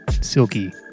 Silky